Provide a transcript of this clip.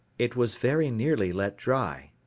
it was very nearly let dry,